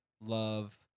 love